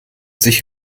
sich